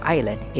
Island